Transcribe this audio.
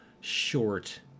short